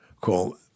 called